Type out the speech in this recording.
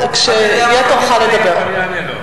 הם לא יוכלו לענות, אבל אני אענה לו.